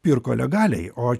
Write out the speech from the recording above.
pirko legaliai o